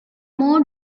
more